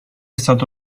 stata